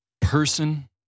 Person